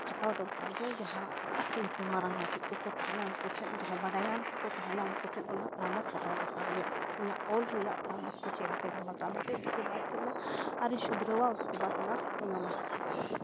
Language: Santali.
ᱦᱟᱛᱟᱣ ᱫᱚᱨᱠᱟᱨ ᱜᱮ ᱡᱟᱦᱟᱸ ᱤᱧ ᱠᱷᱚᱱ ᱢᱟᱨᱟᱝ ᱢᱟᱪᱮᱫ ᱠᱚᱠᱚ ᱛᱟᱦᱮᱱᱟ ᱩᱱᱠᱩ ᱴᱷᱮᱱ ᱡᱟᱦᱟᱸᱭ ᱵᱟᱰᱟᱭᱟᱱ ᱠᱚᱠᱚ ᱛᱟᱦᱮᱱᱟᱥ ᱤᱩᱱᱠᱩ ᱴᱷᱮᱱ ᱚᱱᱟ ᱯᱚᱨᱟᱢᱮᱥ ᱫᱚᱨᱠᱟᱨ ᱜᱮ ᱤᱧᱟᱹᱜ ᱚᱞ ᱨᱮᱮᱭᱟᱜ ᱯᱚᱨᱟᱢᱮᱥ ᱜᱮ ᱡᱮ ᱪᱮᱫᱞᱮᱠᱟᱧ ᱚᱞᱟᱠᱟᱜᱼᱟ ᱢᱮᱱᱛᱮ ᱤᱥᱠᱮᱵᱟᱫ ᱠᱤ ᱚᱱᱟ ᱟᱨᱤᱧ ᱥᱩᱫᱷᱨᱟᱹᱣᱟ ᱩᱥᱠᱮᱵᱟᱫ ᱚᱱᱟ ᱤᱧ ᱚᱞᱟ